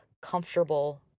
comfortable